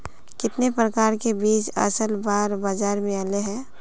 कितने प्रकार के बीज असल बार बाजार में ऐले है?